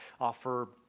offer